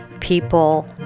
people